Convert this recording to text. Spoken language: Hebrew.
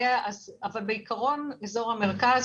בעיקרון אזור המרכז,